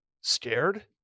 Scared